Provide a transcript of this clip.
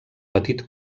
petit